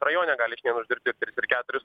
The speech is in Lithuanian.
rajone gali uždirbt ir tris ir keturis